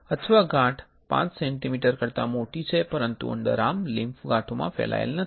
અથવા ગાંઠ 5 સેન્ટિમીટર કરતા મોટી છે પરંતુ અન્ડરઆર્મ લિમ્ફ ગાંઠોમાં ફેલાયલ નથી